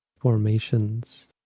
formations